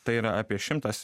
tai yra apie šimtas